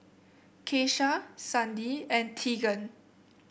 Keisha Sandi and Teagan